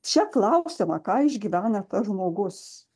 čia klausiama ką išgyvena tas žmogus